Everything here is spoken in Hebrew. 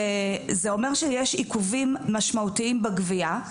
שזה אומר שיש עיכובים משמעותיים בגבייה.